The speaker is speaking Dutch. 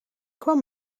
kwam